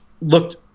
looked